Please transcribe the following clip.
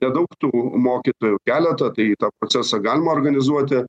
nedaug tų mokytojų keletą tai tą procesą galima organizuoti